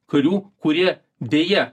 karių kurie deja